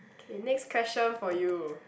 okay next question for you